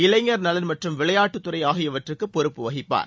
இளைஞர் நலள் மற்றும் விளையாட்டுத்துறை ஆகியவற்றுக்கு அவர் பொறுப்பு வகிப்பார்